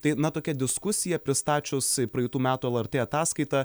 tai na tokia diskusija pristačius praeitų metų lrt ataskaitą